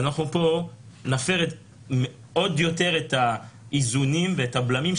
אנחנו פה נפר עוד יותר את האיזונים ואת הבלמים,